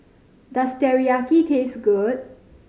does Teriyaki taste good